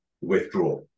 withdraw